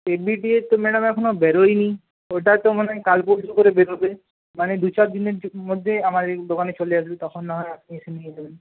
এ B T এর তো madam এখনও বেরোয়নি ওটা তো মনে হয় কাল পরশু করে বেরোবে মানে দু চার দিনের মধ্যে আমার দোকানে চলে আসবে তখন নাহয় আপনি এসে নিয়ে যাবেন